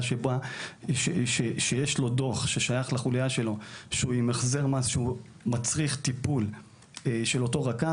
שיש לו דוח ששייך לחוליה שלו שהוא עם החזר מס שמצריך טיפול של אותו רכב.